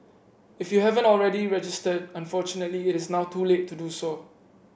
if you haven't already registered unfortunately it is now too late to do so